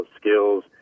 skills